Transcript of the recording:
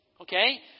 Okay